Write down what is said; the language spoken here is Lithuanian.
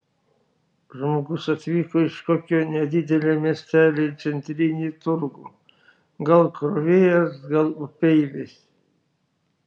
žmogus atvyko iš kokio nedidelio miestelio į centrinį turgų gal krovėjas gal upeivis